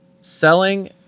Selling